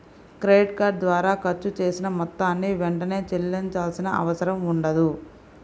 credit card ద్వారా ఖర్చు చేసిన మొత్తాన్ని వెంటనే చెల్లించాల్సిన అవసరం ఉండదు